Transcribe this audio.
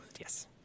Yes